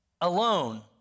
alone